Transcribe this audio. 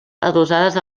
adossades